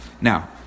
Now